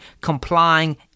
complying